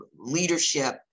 leadership